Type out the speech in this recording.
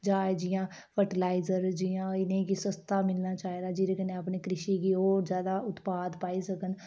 जां जियां फ्रटीलाईजर इनेंगी सस्ता मिलना चाहिदा जेह्दे कन्नै अपनी कृषि गी होर जादा उत्पाद पाई सकन